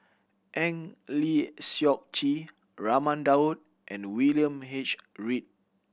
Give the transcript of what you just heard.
Eng Lee Seok Chee Raman Daud and William H Read